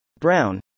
Brown